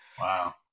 Wow